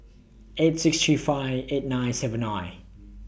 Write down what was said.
eight six three five eight nine seven nine